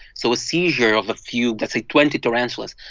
so a seizure of a few that's, like, twenty tarantulas.